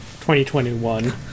2021